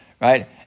right